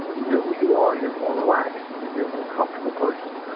know who you are, you are more relaxed, you know, you are more comfortable person.